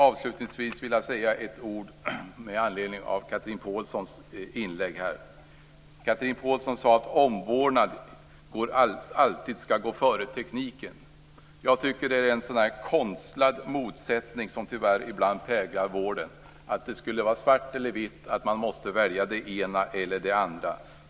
Avslutningsvis vill jag säga några ord med anledning av Chatrine Pålssons inlägg. Chatrine Pålsson sade att omvårdnaden alltid skall gå före tekniken. Jag tycker att det är en konstlad motsättning som tyvärr ibland präglar vården. Det skall vara svart eller vitt, och man måste välja det ena eller det andra.